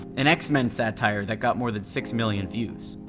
an x-men satire that got more than six million views.